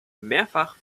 mehrfach